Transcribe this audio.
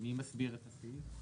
מי מסביר את הסעיף?